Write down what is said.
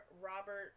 robert